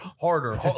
harder